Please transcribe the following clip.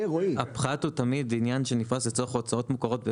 הפחת הוא תמיד עניין שנפרס לצורך הוצאות מוכרות במס.